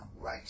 Right